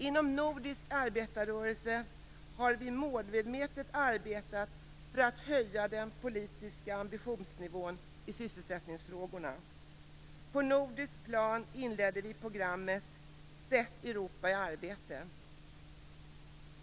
Inom nordisk arbetarrörelse har vi målmedvetet arbetat för att höja den politiska ambitionsnivån i sysselsättningsfrågorna. På nordiskt plan inledde vi programmet Sätt Europa i arbete.